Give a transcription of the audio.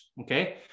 okay